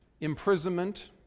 imprisonment